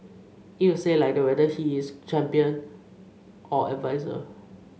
it will stay like that whether he is or adviser